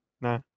Nah